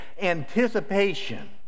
anticipation